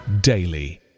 daily